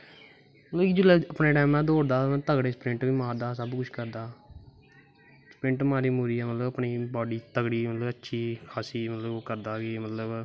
अऊं जिसलै अपनैं टैमां दा दौड़दा हा तगड़ा स्परिंट बी मारदा हा सब कुश करदा हा